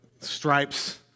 stripes